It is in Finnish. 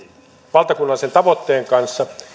valtakunnallisen tavoitteen kanssa